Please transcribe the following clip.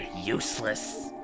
useless